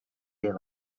year